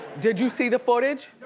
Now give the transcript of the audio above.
did you see the footage?